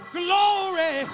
glory